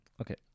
Okay